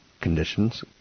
conditions